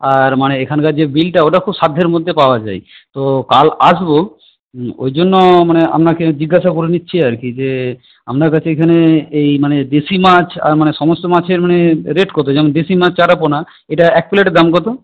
আর মানে এখানকার যে বিলটা ওটা খুব সাধ্যের মধ্যে পাওয়া যায় তো কাল আসবো ওই জন্য মানে আপনাকে জিজ্ঞাসা করে নিচ্ছি আর কি যে আপনার কাছে এখানে এই মানে দেশি মাছ আর মানে সমস্ত মাছের মানে রেট কত যেমন দেশি মাছ চারাপোনা এটা এক প্লেটের দাম কত